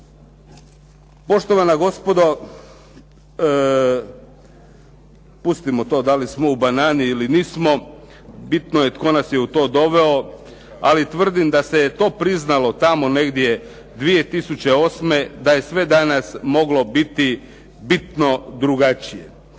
Poštovana gospodo pustimo to da li smo u banani ili nismo, bitno je tko nas je u to doveo, ali tvrdim da se je to priznalo tamo negdje 2008. da je danas moglo biti bitno drugačije.